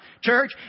church